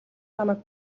намайг